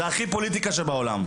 זה הכי פוליטיקה שבעולם.